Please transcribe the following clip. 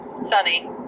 sunny